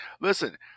listen